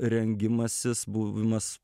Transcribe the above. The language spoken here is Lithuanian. rengiamasis buvimas